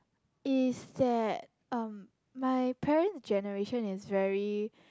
is that um my parent generation is very